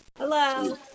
Hello